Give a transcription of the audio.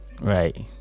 Right